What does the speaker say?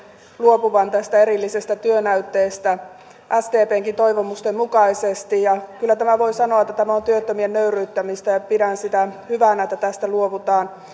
luopuvan tästä erillisestä työnäytteestä sdpnkin toivomusten mukaisesti kyllä voi sanoa että tämä on työttömien nöyryyttämistä ja pidän hyvänä sitä että tästä luovutaan